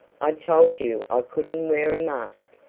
i told you i couldn't wear a mask,